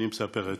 אני מספר.